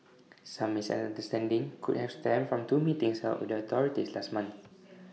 some misunderstanding could have stemmed from two meetings held with the authorities last month